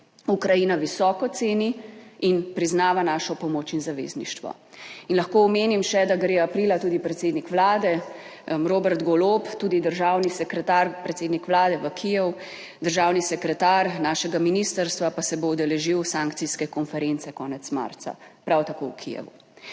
Ukrajina visoko ceni in priznava našo pomoč in zavezništvo. In lahko omenim še, da gre aprila tudi predsednik Vlade Robert Golob, tudi državni sekretar, predsednik Vlade v Kijev. Državni sekretar našega ministrstva pa se bo udeležil sankcijske konference konec marca, prav tako v Kijevu.